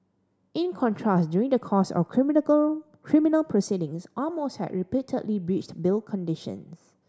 in contrast during the course of criminal proceedings Amos had repeatedly breached bail condition